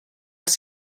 els